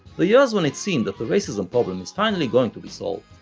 the years when it seemed that the racism problem is finally going to be solved.